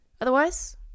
Otherwise